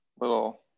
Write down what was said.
little